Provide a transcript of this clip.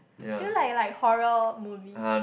do you like like horror movies